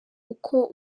uko